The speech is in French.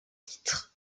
titre